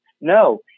No